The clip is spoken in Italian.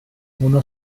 uno